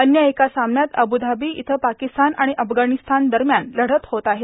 अन्य एका सामन्यात आब्रधाबी इथं पाकिस्तान आणि अफगाणिस्तान दरम्यान लढत होत आहे